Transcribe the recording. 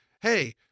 hey